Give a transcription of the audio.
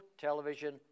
television